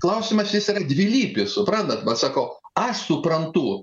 klausimas jis yra dvilypis suprantat vat sako aš suprantu